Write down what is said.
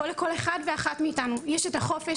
בו לכל אחד ואחת מאיתנו יש את החופש